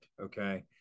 Okay